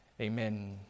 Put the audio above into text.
Amen